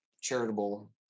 charitable